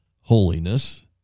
holiness